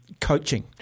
coaching